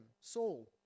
Saul